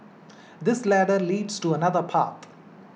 this ladder leads to another path